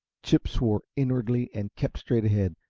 chip swore inwardly and kept straight ahead,